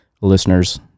listeners